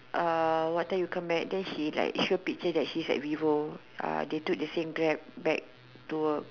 uh what time you come back then she like show picture that she's at Vivo uh they took the same grab back to work